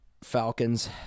Falcons